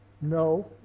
no